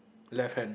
left hand